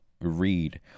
read